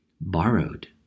borrowed